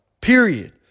period